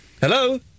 Hello